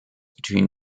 between